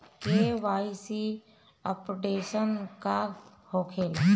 KYC updation का होखेला?